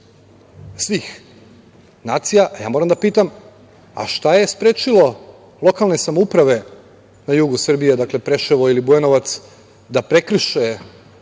svih nacija, ja moram da pitam, a šta je sprečilo lokalne samouprave na jugu Srbije, dakle, Preševo ili Bujanovac da prekrše